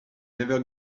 never